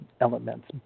elements